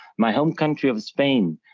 my home country of spain,